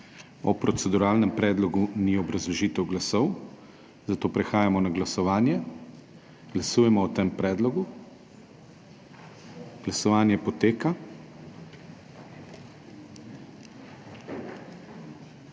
O proceduralnem predlogu ni obrazložitev glasu zato prehajamo na glasovanje. Glasujemo o tem predlogu. Glasujemo.